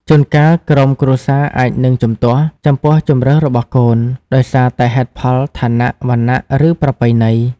ជួនកាលក្រុមគ្រួសារអាចនឹង ជំទាស់ ចំពោះជម្រើសរបស់កូន ដោយសារតែហេតុផលឋានៈ វណ្ណៈ ឬប្រពៃណី។